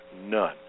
none